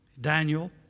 Daniel